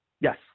Yes